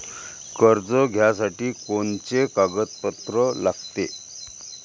कर्ज घ्यासाठी कोनचे कागदपत्र लागते?